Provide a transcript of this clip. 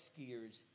skiers